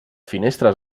finestres